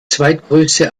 zweitgrößte